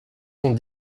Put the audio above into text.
sont